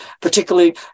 particularly